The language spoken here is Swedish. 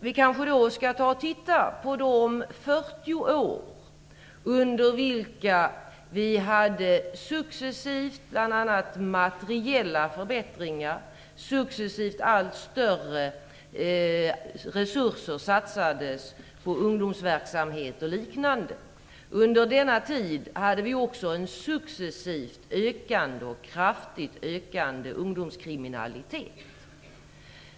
Vi kanske skall se tillbaka på de 40 år under vilka vi hade successivt bl.a. materiella förbättringar och successivt allt större resurser som satsades på ungdomsverksamhet och liknande. Under denna tid hade vi också en successivt kraftigt ökande ungdomskriminalitet.